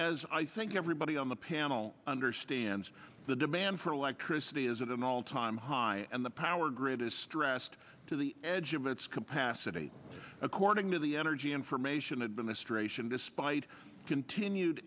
as i think everybody on the panel understands the demand for electricity is at an all time high and the power grid is stressed to the edge of its capacity according to the energy information administration despite continued